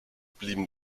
blieben